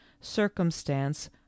circumstance